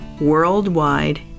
worldwide